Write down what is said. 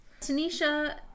Tanisha